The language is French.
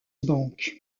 bank